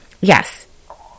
yes